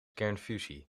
kernfusie